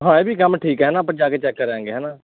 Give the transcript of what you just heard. ਹਾਂ ਇਹ ਵੀ ਕੰਮ ਠੀਕ ਹੈ ਨਾ ਆਪਾਂ ਜਾ ਕੇ ਚੈੱਕ ਕਰਾਂਗੇ ਹੈ ਨਾ